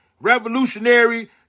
revolutionary